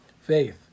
Faith